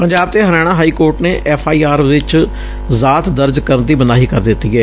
ਪੰਜਾਬ ਤੇ Haryana high court ਨੇ F I R ਵਿਚ ਜ਼ਾਤ ਦਰਜ ਕਰਨ ਦੀ ਮਨਾਹੀ ਕਰ ਦਿੱਡੀ ਏ